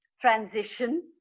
transition